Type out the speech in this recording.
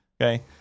Okay